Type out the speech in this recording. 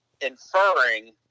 inferring